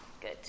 Good